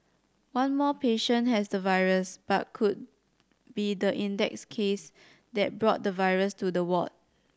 one more patient has the virus but could be the index case that brought the virus to the ward